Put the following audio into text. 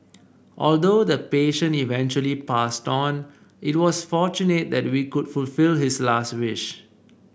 although the pation eventually passed on it was fortunate that we could fulfil his last wish